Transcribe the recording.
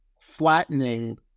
flattening